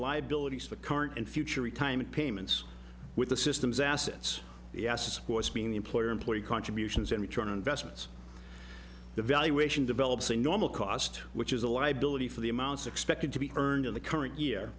liabilities of the current and future retirement payments with the systems assets yes the employer employee contributions in return investments the valuation develops a normal cost which is a liability for the amounts expected to be earned in the current year